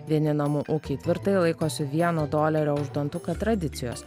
vieni namų ūkiai tvirtai laikosi vieno dolerio už dantuką tradicijos